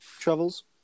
travels